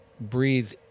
breathe